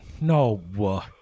No